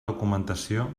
documentació